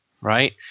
right